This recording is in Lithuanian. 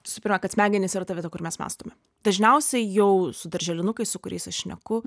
visų pirma kad smegenys yra ta vieta kur mes mąstome dažniausiai jau su darželinukais su kuriais aš šneku